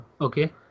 Okay